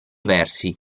versi